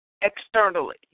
externally